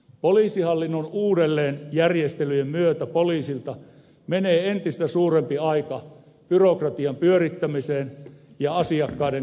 poliisihallinnon uudelleenjärjestelyjen myötä poliisilta menee entistä suurempi aika byrokratian pyörittämiseen ja asiakkaiden kuljettamiseen